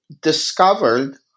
discovered